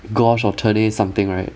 gosh something right